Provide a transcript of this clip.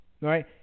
right